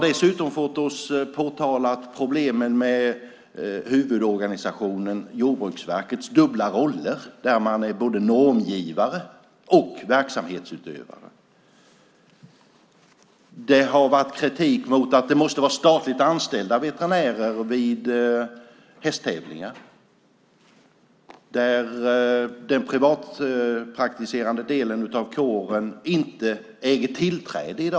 Dessutom har man för oss påtalat problemen med huvudorganisationen Jordbruksverkets dubbla roller; man är både normgivare och verksamhetsutövare. Det har varit kritik mot att det måste vara statligt anställda veterinärer vid hästtävlingar som den privatpraktiserande delen av kåren i dag inte äger tillträde till.